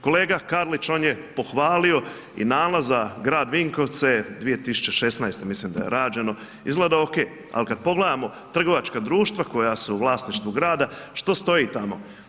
Kolega Karlić, on je pohvali i nalaz za grad Vinkovce 2016., mislim da je rađeno, izgleda ok, ali kad pogledamo trgovačka društva koja su u vlasništvu grada, što stoji tamo?